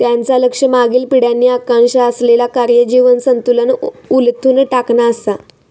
त्यांचा लक्ष मागील पिढ्यांनी आकांक्षा असलेला कार्य जीवन संतुलन उलथून टाकणा असा